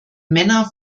männer